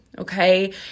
Okay